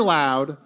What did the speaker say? loud